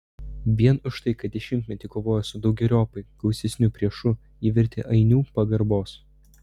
vien už tai kad dešimtmetį kovojo su daugeriopai gausesniu priešu jie verti ainių pagarbos